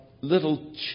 little